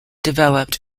developed